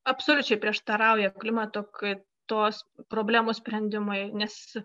absoliučiai prieštarauja klimato kaitos problemų sprendimui nes